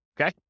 Okay